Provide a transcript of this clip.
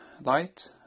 light